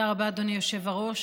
תודה רבה, אדוני היושב-ראש.